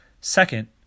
Second